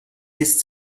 ist